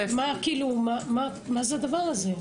מה זה הדבר הזה?